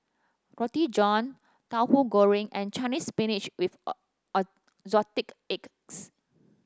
Roti John Tahu Goreng and Chinese Spinach with Assorted Eggs